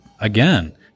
again